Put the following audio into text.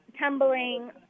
tumbling